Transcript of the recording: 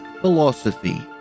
Philosophy